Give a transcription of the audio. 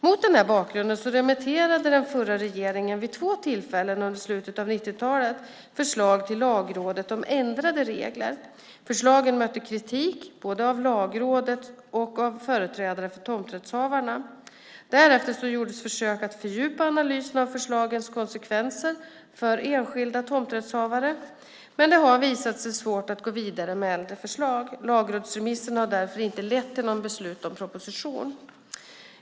Mot denna bakgrund remitterade den förra regeringen vid två tillfällen under slutet av 1990-talet förslag till Lagrådet om ändrade regler. Förslagen mötte kritik av både Lagrådet och företrädare för tomträttshavarna. Därefter gjordes försök att fördjupa analysen av förslagens konsekvenser för enskilda tomträttshavare, men det har visat sig svårt att gå vidare med äldre förslag. Lagrådsremisserna har därför inte lett till något beslut om proposition.